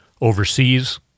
overseas